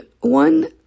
one